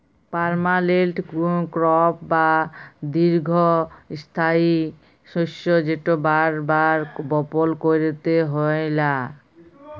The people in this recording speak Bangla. পার্মালেল্ট ক্রপ বা দীঘ্ঘস্থায়ী শস্য যেট বার বার বপল ক্যইরতে হ্যয় লা